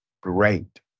great